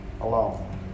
alone